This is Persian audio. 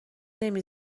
نمی